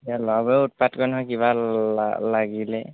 এতিয়া ল'ৰাবোৰে উৎপাত কৰে নহয় কিবা ল লাগিলে